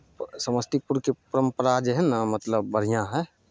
समस्तीपुरके परम्परा जे हइ ने मतलब बढ़िआँ हइ